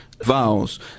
vows